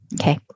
okay